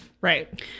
Right